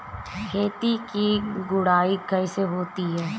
खेत की गुड़ाई कैसे होती हैं?